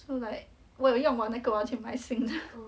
so like 我有用完那个我要去买新的